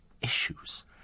issues